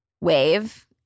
wave